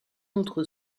outre